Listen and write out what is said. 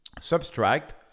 subtract